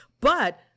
but-